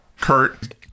Kurt